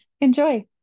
Enjoy